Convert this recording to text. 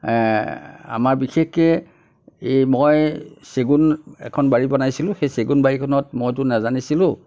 আমাৰ বিশেষকৈ এই মই চেগুনৰ এখন বাৰী বনাইছিলোঁ সেই চেগুন বাৰীখনত মইটো নাজানিছিলোঁ